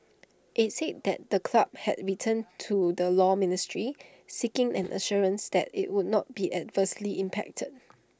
he said that the club had written to the law ministry seeking an assurance that IT would not be adversely impacted